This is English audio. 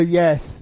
yes